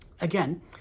Again